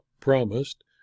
promised